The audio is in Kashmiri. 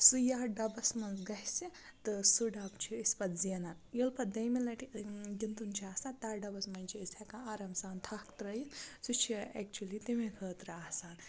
سُہ یَتھ ڈَبَس منٛز گَژھِ تہٕ سُہ ڈَبہٕ چھِ أسۍ پَتہٕ زٮ۪نان ییٚلہِ پَتہٕ دٔیمہِ لَٹہِ گِنٛدُن چھُ آسان تَتھ ڈَبَس منٛز چھِ أسۍ ہٮ۪کان آرام سان تھَک ترٲیِتھ سُہ چھِ اٮ۪کچُلی تَمے خٲطرٕ آسان